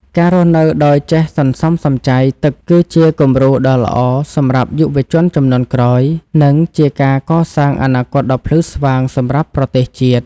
ការរស់នៅដោយចេះសន្សំសំចៃទឹកគឺជាគំរូដ៏ល្អសម្រាប់យុវជនជំនាន់ក្រោយ និងជាការកសាងអនាគតដ៏ភ្លឺស្វាងសម្រាប់ប្រទេសជាតិ។